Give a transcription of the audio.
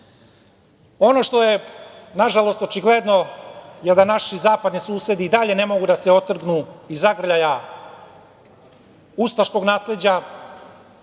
što je nažalost očigledno je da naši zapadni susedi i dalje ne mogu da se otrgnu iz zagrljaja ustaškog nasleđa